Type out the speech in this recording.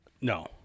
No